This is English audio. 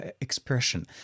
expression